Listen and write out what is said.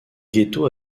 ghetto